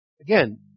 Again